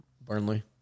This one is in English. Burnley